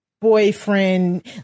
boyfriend